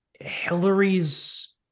Hillary's